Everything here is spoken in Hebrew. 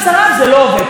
אם ערוץ תקשורת,